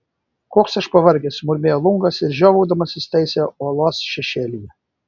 koks aš pavargęs sumurmėjo lungas ir žiovaudamas įsitaisė uolos šešėlyje